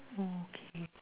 oh okay